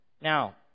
Now